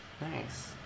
Nice